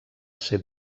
ser